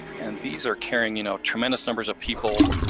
and these are carrying you know tremendous numbers of people,